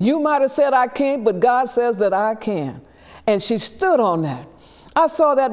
you might have said i came but god says that i can and she stood on that i saw that